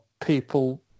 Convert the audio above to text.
people